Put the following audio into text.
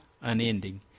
unending